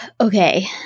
okay